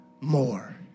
more